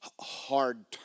hard